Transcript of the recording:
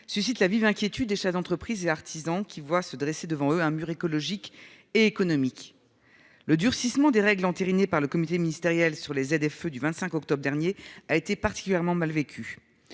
suscite la vive inquiétude des chefs d'entreprise et artisans, qui voient se dresser devant eux un mur écologique et économique. Le durcissement des règles, entériné par le comité ministériel sur les ZFE du 25 octobre dernier, a été particulièrement mal vécu.